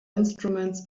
instruments